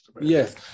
Yes